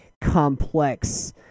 complex